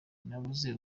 nabuze